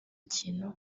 kintu